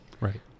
Right